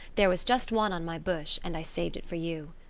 there was just one on my bush, and i saved it for you.